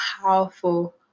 powerful